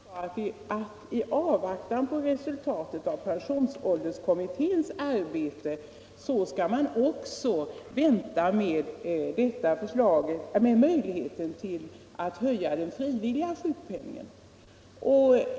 Herr talman! Herr Fredriksson sade att vi i avvaktan på resultatet av pensionsålderskommitténs arbete bör vänta även med att besluta om att höja den frivilliga sjukpenningen.